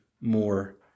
more